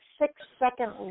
six-second